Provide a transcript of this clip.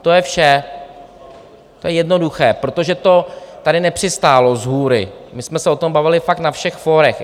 To je vše, to je jednoduché, protože to tady nepřistálo shůry, my jsme se o tom bavili fakt na všech fórech.